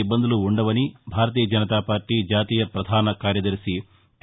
ఇబ్బందులు ఉండవని భారతీయ జనతా పార్టీ జాతీయ పధాన కార్యదర్భి పి